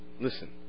Listen